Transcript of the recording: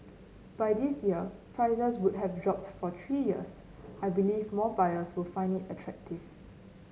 by this year prices would have dropped for three years I believe more buyers will find it attractive